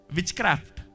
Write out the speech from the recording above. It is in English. Witchcraft